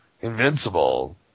invincible